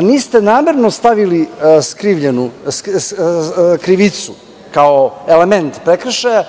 niste stavili krivicu kao element prekršaja.